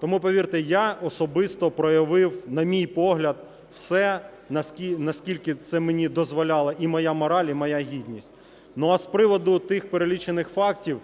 Тому, повірте, я особисто проявив, на мій погляд, все, наскільки це мені дозволяли і моя мораль, і моя гідність. А з приводу тих перелічених фактів,